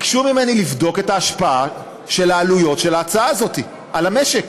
לבדוק את ההשפעה של העלויות של ההצעה הזו על המשק.